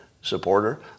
supporter